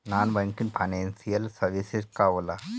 Non banking financial services का होला?